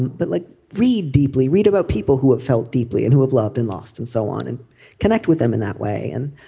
but like read deeply read about people who have felt deeply and who have loved and lost and so on and connect with them in that way and